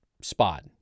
spot